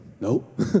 Nope